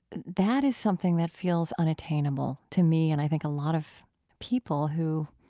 that is something that feels unattainable to me, and i think a lot of people who